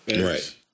Right